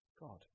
God